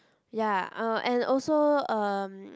ya uh and also uh